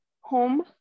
home